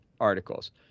articles